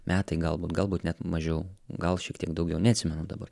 metai galbūt galbūt net mažiau gal šiek tiek daugiau neatsimenu dabar